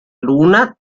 luna